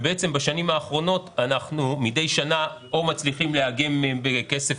בשנים האחרונות מדי שנה אנחנו מצליחים לאגם כסף